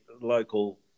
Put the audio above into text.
local